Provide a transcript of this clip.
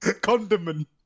condiment